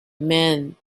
man